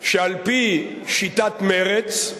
על-פי שיטת מרצ,